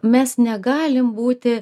mes negalim būti